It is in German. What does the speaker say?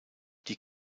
die